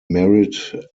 married